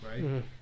right